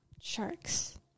Sharks